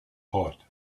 hot